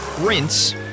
rinse